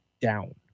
down